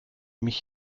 mich